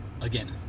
Again